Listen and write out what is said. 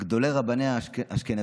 גדולי רבני האשכנזים,